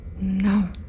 No